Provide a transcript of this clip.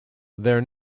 their